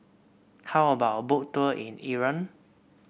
how about a Boat Tour in Iran